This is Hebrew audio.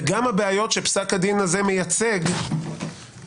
וגם הבעיות שפסק הדין הזה מייצג ידועות